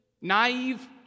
naive